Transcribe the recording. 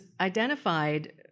identified